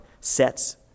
sets